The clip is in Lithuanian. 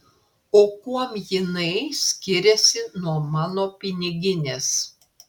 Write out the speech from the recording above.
o kuom jinai skiriasi nuo mano piniginės